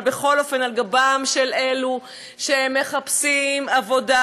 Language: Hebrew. אבל בכל אופן על גבם של אלו שמחפשים עבודה,